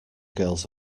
girls